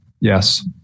Yes